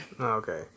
Okay